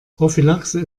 prophylaxe